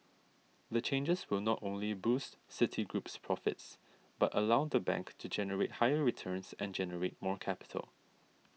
the changes will not only boost Citigroup's profits but allow the bank to generate higher returns and generate more capital